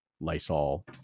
Lysol